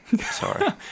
Sorry